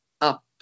up